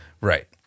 Right